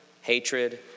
hatred